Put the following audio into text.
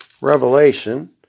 Revelation